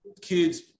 kids